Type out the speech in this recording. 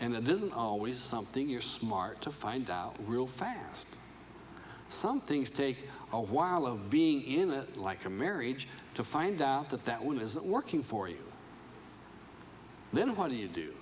isn't always something you're smart to find out real fast some things take a while of being in it like a marriage to find out that that one isn't working for you then what do you do